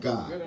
God